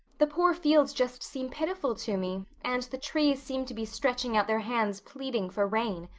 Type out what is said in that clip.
the poor fields just seem pitiful to me and the trees seem to be stretching out their hands pleading for rain.